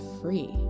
free